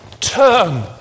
Turn